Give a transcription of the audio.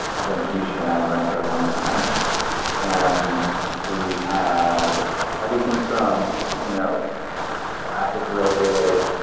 i've been a huge fan of them for a long time. and we had everything from you know classic reggae,